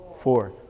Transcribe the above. Four